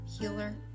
healer